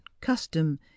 custom